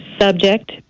subject